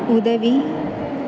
உதவி